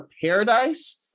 Paradise